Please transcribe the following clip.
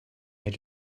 edge